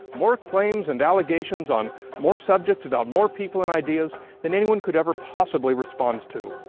more claims and allegations on more subjects about more people and ideas than anyone could ever possibly respond to.